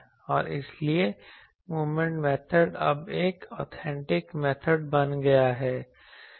और इसलिए moment method अब एक ऑथेंटिक मेथड बन गया है